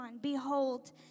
behold